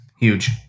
huge